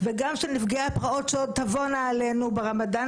וגם של נפגעי הפרעות שעוד יבואו עלינו ברמדאן,